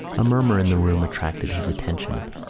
a murmur in the room attracted his attention.